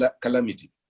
calamity